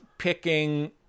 picking